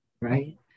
Right